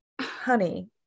honey